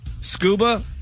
Scuba